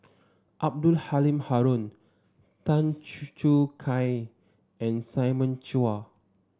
Abdul Halim Haron Tan Choo Kai and Simon Chua